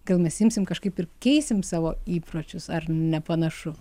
gal mes imsim kažkaip keisim savo įpročius ar nepanašu